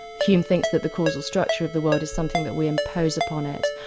hume thinks that the causal structure of the world is something that we impose upon it,